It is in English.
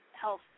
health